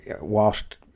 whilst